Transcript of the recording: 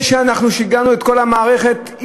זה שאנחנו שיגענו את כל המערכת,